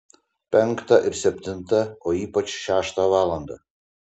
penktą ir septintą o ypač šeštą valandą